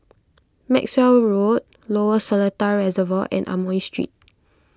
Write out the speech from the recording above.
Maxwell Road Lower Seletar Reservoir and Amoy Street